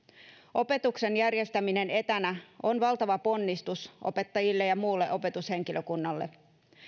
opetuksen järjestäminen etänä on valtava ponnistus opettajille ja muulle opetushenkilökunnalle